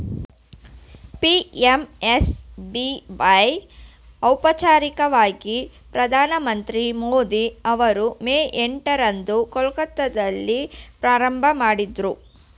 PMSBY ಔಪಚಾರಿಕವಾಗಿ ಪ್ರಧಾನಮಂತ್ರಿ ಮೋದಿ ಅವರು ಮೇ ಎಂಟ ರಂದು ಕೊಲ್ಕತ್ತಾದಲ್ಲಿ ಪ್ರಾರಂಭಮಾಡಿದ್ರು